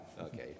okay